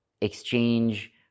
exchange